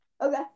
Okay